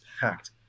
packed